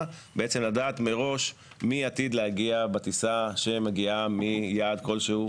לדעת מראש מי עתיד להגיע בטיסה שמגיעה מיעד כלשהו